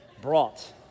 brought